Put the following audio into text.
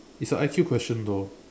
it's a I_Q question though